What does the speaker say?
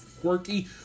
quirky